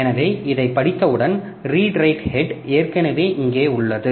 எனவே இதைப் படித்தவுடன் ரீடு ரைட் ஹெட் ஏற்கனவே இங்கே உள்ளது